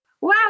Wow